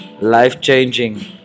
life-changing